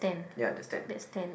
ya that's ten